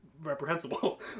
reprehensible